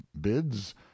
bids